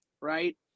right